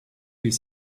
you